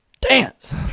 dance